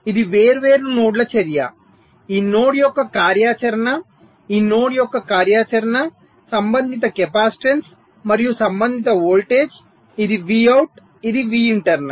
ఇది వేర్వేరు నోడ్ల చర్య ఈ నోడ్ యొక్క కార్యాచరణ ఈ నోడ్ యొక్క కార్యాచరణ సంబంధిత కెపాసిటెన్స్ మరియు సంబంధిత వోల్టేజ్ ఇది Vout ఇది Vinternal